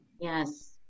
Yes